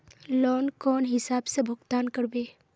Loan कौन हिसाब से भुगतान करबे?